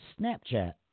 Snapchat